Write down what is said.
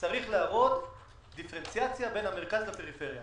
צריך להראות דיפרנציאציה במרכז לפריפריה.